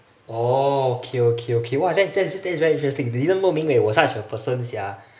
oh okay okay okay !wah! that's that's is very interesting didn't know ming wei was such a person sia